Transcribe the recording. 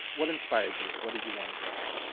what inspired you? what did you want to get at?